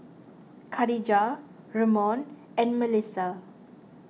Khadijah Ramon and Mellisa